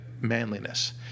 manliness